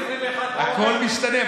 הכול משתנה.